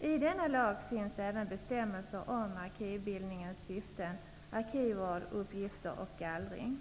I denna lag finns även bestämmelser om arkivbildningens syften, arkivvård, uppgifter och gallring.